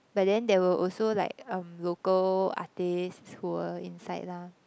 but then there were also like um local artists who were also inside lah